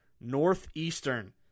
Northeastern